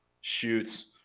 shoots